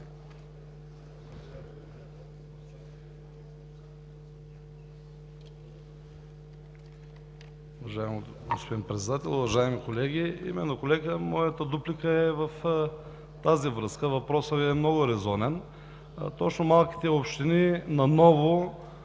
Уважаеми господин Председател, уважаеми колеги! Колега, моята дуплика е в тази връзка. Въпросът е много резонен. Точно малките общини наново